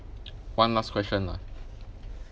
one last question lah